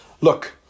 Look